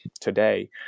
today